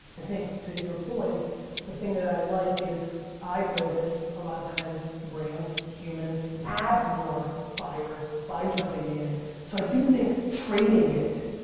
i think to your point the thing that i like is i've noticed a lot of times brands, humans add more fire by jumping in so i do think trading it.